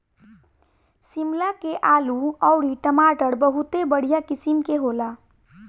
शिमला के आलू अउरी टमाटर बहुते बढ़िया किसिम के होला